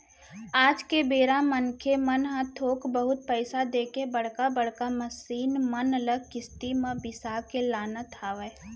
आज के बेरा मनखे मन ह थोक बहुत पइसा देके बड़का बड़का मसीन मन ल किस्ती म बिसा के लानत हवय